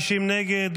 נגד.